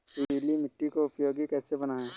पीली मिट्टी को उपयोगी कैसे बनाएँ?